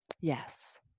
Yes